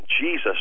Jesus